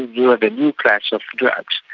you have a new class of drug.